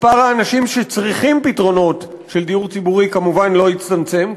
מספר האנשים שצריכים פתרונות של דיור ציבורי כמובן לא הצטמצם,